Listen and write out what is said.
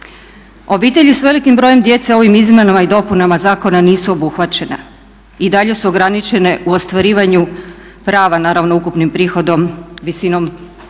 Obitelji s velikim brojem djece ovim izmjenama i dopunama zakona nisu obuhvaćene. I dalje su ograničene u ostvarivanju prava naravno ukupnim prihodom visinom bruto